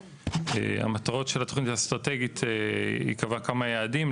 המטרות של התוכנית האסטרטגית, היא קבעה כמה יעדים.